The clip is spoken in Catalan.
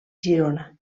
girona